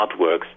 artworks